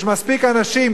יש מספיק אנשים,